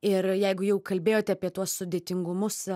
ir jeigu jau kalbėjote apie tuos sudėtingumus